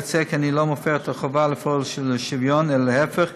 יוצא כי אני לא מפר את החובה לפעול בשוויון אלא להפך.